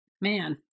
Man